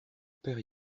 père